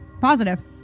Positive